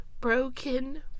broken